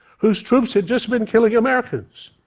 whose troops had just been killing americans.